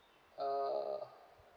uh